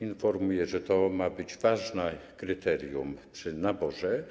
Informuję, że to ma być ważne kryterium przy naborze.